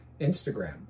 Instagram